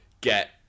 get